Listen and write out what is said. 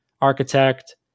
architect